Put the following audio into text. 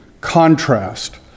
contrast